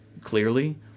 clearly